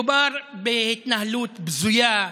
מדובר בהתנהלות בזויה.